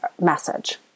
message